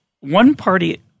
One-party